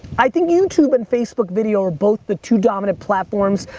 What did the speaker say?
i think youtube and facebook video are both the two dominant platforms.